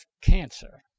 cancer